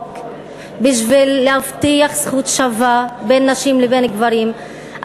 בשביל להבטיח זכות שווה לנשים ולגברים,